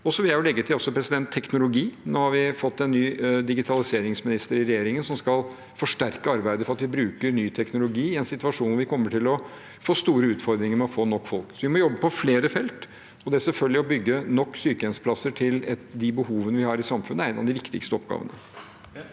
Jeg vil legge til noe om teknologi: Nå har vi fått en ny digitaliseringsminister i regjeringen. Hun skal forsterke arbeidet med å bruke ny teknologi i en situasjon hvor vi kommer til å ha store utfordringer med å få nok folk. Så vi må jobbe på flere felt, og det å bygge nok sykehjemsplasser til å dekke behovene i samfunnet er selvfølgelig en av de viktigste oppgavene.